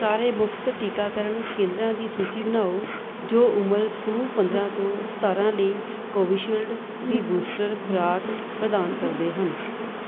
ਸਾਰੇ ਮੁਫ਼ਤ ਟੀਕਾਕਰਨ ਕੇਂਦਰਾਂ ਦੀ ਸੂਚੀ ਬਣਾਓ ਜੋ ਉਮਰ ਸਮੂਹ ਪੰਦਰਾਂ ਤੋਂ ਸਤਾਰਾਂ ਲਈ ਕੋਵੀਸ਼ੀਲਡ ਦੀ ਬੂਸਟਰ ਖੁਰਾਕ ਪ੍ਰਦਾਨ ਕਰਦੇ ਹਨ